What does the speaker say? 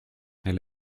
elle